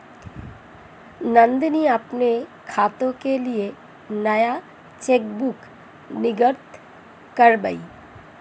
नंदनी अपने खाते के लिए नया चेकबुक निर्गत कारवाई